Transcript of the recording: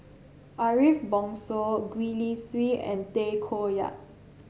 Ariff Bongso Gwee Li Sui and Tay Koh Yat